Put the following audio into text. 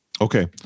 Okay